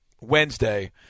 Wednesday